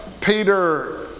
Peter